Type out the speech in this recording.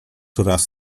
raz